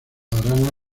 arana